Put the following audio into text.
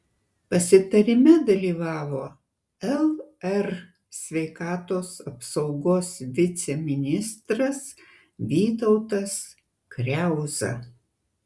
pasitarime dalyvavo lr sveikatos apsaugos viceministras vytautas kriauza